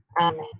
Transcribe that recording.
Amen